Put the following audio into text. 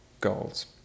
goals